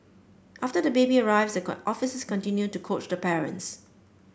after the baby arrives the can officers continue to coach the parents